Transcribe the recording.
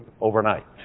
overnight